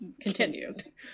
continues